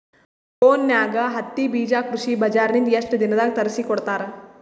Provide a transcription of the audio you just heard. ಫೋನ್ಯಾಗ ಹತ್ತಿ ಬೀಜಾ ಕೃಷಿ ಬಜಾರ ನಿಂದ ಎಷ್ಟ ದಿನದಾಗ ತರಸಿಕೋಡತಾರ?